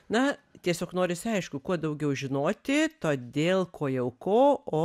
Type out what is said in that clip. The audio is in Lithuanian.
na tiesiog norisi aišku kuo daugiau žinoti todėl ko jau ko o